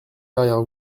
derrière